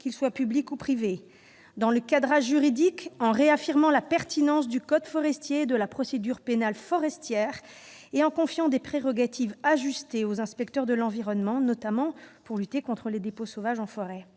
qu'il soit public ou privé -, dans le cadrage juridique- en réaffirmant la pertinence du code forestier, de la procédure pénale forestière, et en confiant des prérogatives ajustées aux inspecteurs de l'environnement, notamment pour lutter contre les dépôts sauvages en forêt